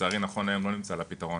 לצערי נכון להיום לא נמצא לה פתרון,